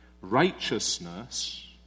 righteousness